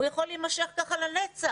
הוא יכול להימשך ככה לנצח.